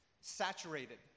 saturated